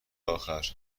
آخر